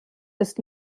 ist